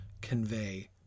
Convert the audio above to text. convey